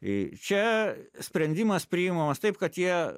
į čia sprendimas priimamas taip kad jie